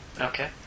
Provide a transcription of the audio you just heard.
Okay